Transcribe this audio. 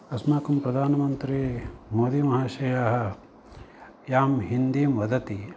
अस्माकं प्रधानमन्त्री मोदी महाशयाः यां हिन्दीं वदति